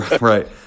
right